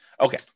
Okay